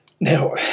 now